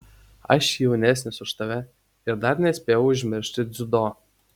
aš jaunesnis už tave ir dar nespėjau užmiršti dziudo